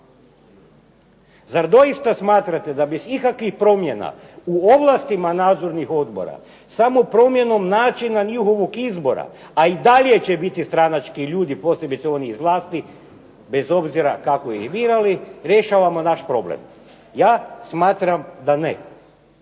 Zar doista smatrate da bez ikakvih promjena u ovlastima nadzornih odbora samo promjenom načina njihovog izbora a i dalje će biti stranački ljudi posebice oni iz vlasti bez obzira kako ih birali rješavamo naš problem. Ja smatram da ne.